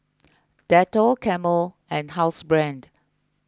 Dettol Camel and Housebrand